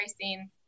pricing